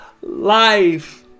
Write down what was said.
life